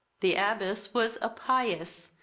the abbess was a pious,